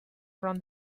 from